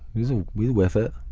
he's ah with with it,